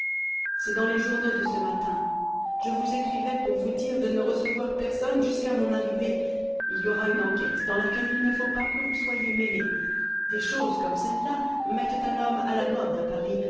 c'est dans les journaux de ce matin je vous écrivais pour vous dire de ne recevoir personne jusqu'à mon arrivée il y aura une enquête dans laquelle il ne faut pas que vous soyez mêlé des choses comme celle-là mettent un homme à la mode à paris